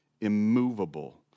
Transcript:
immovable